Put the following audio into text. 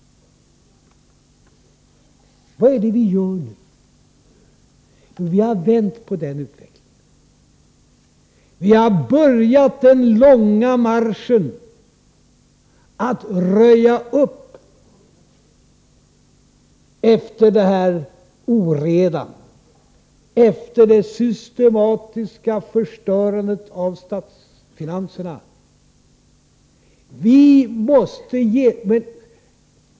Vad är det vi gör nu? Jo, vi har vänt på denna utveckling. Vi har börjat den långa marschen att röja upp efter denna oreda, efter det systematiska förstörandet av statsfinanserna.